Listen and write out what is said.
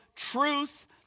truth